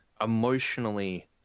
emotionally